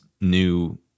new